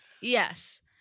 Yes